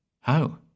How